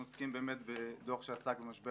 אנחנו עוסקים באמת בדוח שעסק במשבר